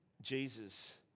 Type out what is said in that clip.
Jesus